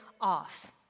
off